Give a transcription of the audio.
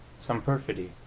some perfidy,